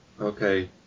Okay